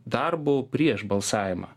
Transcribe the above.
darbu prieš balsavimą